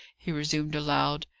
he resumed aloud.